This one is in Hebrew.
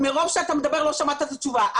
מרוב שאתה מדבר לא שמעת את התשובה,